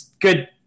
good